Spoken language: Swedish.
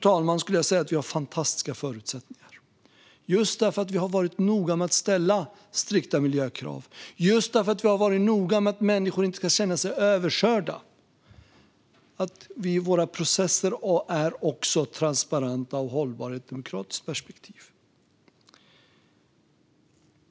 Jag skulle säga att vi har fantastiska förutsättningar för detta, just eftersom vi har varit noga med att ställa strikta miljökrav och just eftersom vi har varit noga med att människor inte ska känna sig överkörda. Vi är i våra processer också transparenta och hållbara i ett demokratiskt perspektiv.